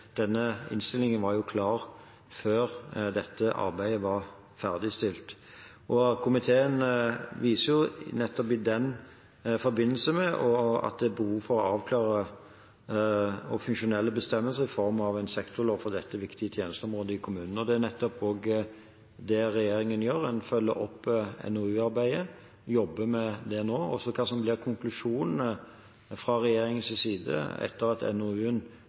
Denne innstillingen var klar før dette arbeidet var ferdigstilt. Komiteen viser i den forbindelse til at det er behov for å avklare funksjonelle bestemmelser i form av en sektorlov for dette viktige tjenesteområdet i kommunene. Det er også det regjeringen gjør. Den følger opp NOU-arbeidet, den jobber med det nå. Hva som blir konklusjonene fra regjeringens side etter at